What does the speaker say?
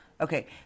Okay